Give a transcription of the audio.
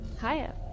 Hiya